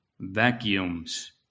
Vacuums